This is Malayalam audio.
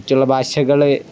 മറ്റുള്ള ഭാഷകള്